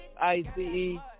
I-C-E